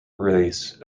release